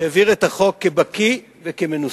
שהעביר את החוק כבקי וכמנוסה.